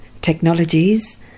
technologies